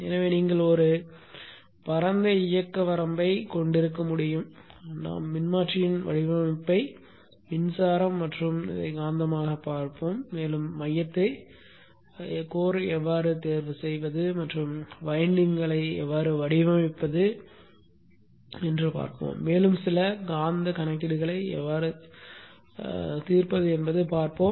எனவே நீங்கள் ஒரு பரந்த இயக்க வரம்பைக் கொண்டிருக்க முடியும் நாம் மின்மாற்றியின் வடிவமைப்பை மின்சாரம் மற்றும் காந்தமாகப் பார்ப்போம் மேலும் மையத்தை எவ்வாறு தேர்வு செய்வது மற்றும் வைண்டிங்களை வடிவமைப்பது எப்படி என்பதைப் பார்ப்போம் மேலும் சில காந்த சிக்கல்களை எவ்வாறு தீர்ப்பது என்பதைப் பார்ப்போம்